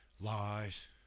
lies